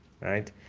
right